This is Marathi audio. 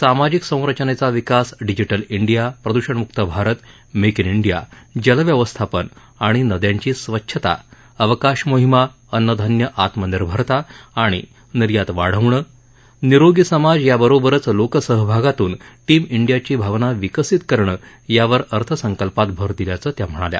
सामाजिक संरचनेचा विकास डिजिटल डिया प्रद्षणमुक्त भारत मेक ति ाहिया जलव्यवस्थापन आणि नद्यांची स्वच्छता अवकाश मोहिमा अन्नधान्य आत्मनिर्भरता आणि निर्यात वाढवणं निरोगी समाज याबरोबरच लोकसहभागातून टीम डियाची भावना विकसित करणं यावर अर्थसंकल्पात भर दिल्याचं त्या म्हणाल्या